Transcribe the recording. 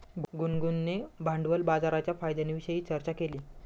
गुनगुनने भांडवल बाजाराच्या फायद्यांविषयी चर्चा केली